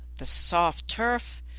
the soft turf,